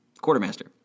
quartermaster